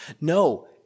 No